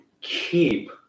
keep